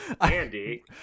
Andy